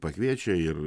pakviečia ir